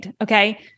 Okay